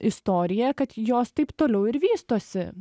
istoriją kad jos taip toliau ir vystosi